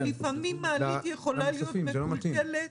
ולפעמים מעלית יכולה להיות מקולקלת